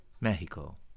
Mexico